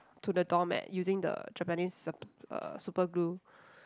to the doormat using the Japanese uh superglue